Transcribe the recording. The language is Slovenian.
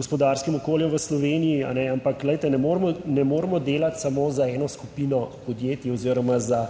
gospodarskim okoljem v Sloveniji. Ampak glejte, ne moremo, ne moremo delati samo za eno skupino podjetij oziroma za